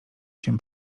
się